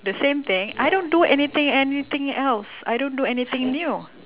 the same thing I don't do anything anything else I don't do anything new